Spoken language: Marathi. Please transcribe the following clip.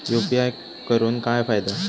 यू.पी.आय करून काय फायदो?